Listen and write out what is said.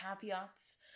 caveats